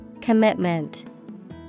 Commitment